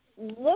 Look